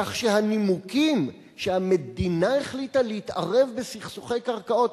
כך שהנימוקים לכך שהמדינה החליטה להתערב בסכסוכי קרקעות,